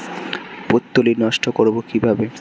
পুত্তলি নষ্ট করব কিভাবে?